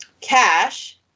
cash